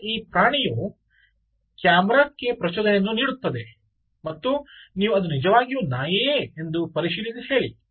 ಈಗ ಈ ಪ್ರಾಣಿಯು ಕ್ಯಾಮರಾ ಕ್ಕೆ ಪ್ರಚೋದನೆಯನ್ನು ನೀಡುತ್ತದೆ ಮತ್ತು ನೀವು ಅದು ನಿಜವಾಗಿಯೂ ನಾಯಿಯೇ ಎಂದು ಪರಿಶೀಲಿಸಿ ಹೇಳಿ